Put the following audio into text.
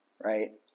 Right